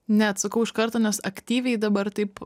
neatsakau iš karto nes aktyviai dabar taip